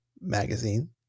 Magazine